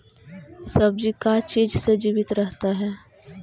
सब्जी का चीज से जीवित रहता है?